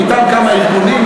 ואתם כמה ארגונים.